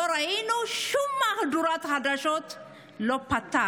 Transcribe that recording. לא ראינו שום מהדורת חדשות שנפתחה,